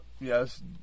Yes